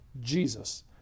Jesus